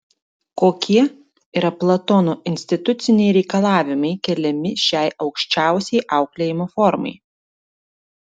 kokie yra platono instituciniai reikalavimai keliami šiai aukščiausiai auklėjimo formai